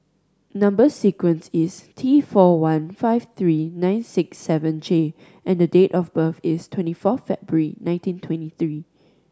number sequence is T four one five three nine six seven J and date of birth is twenty four February nineteen twenty three